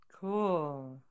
Cool